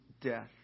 death